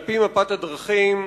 על-פי מפת הדרכים,